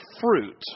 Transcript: fruit